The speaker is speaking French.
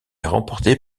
remportée